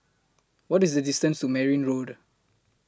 What IS The distance to Merryn Road